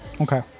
Okay